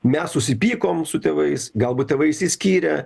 mes susipykom su tėvais galbūt tėvai išsiskyrė